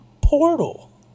Portal